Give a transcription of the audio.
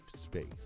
space